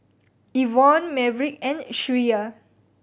Yvonne Maverick and Shreya